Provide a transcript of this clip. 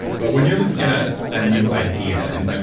but when you're looking at at a new idea. and, i mean,